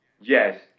Yes